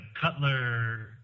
Cutler